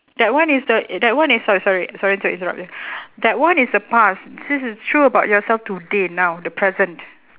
that one is the that one is sorry sorry sorry to interrupt you that one is the past this is true about yourself today now the present